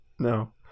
No